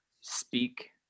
speak